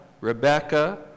Rebecca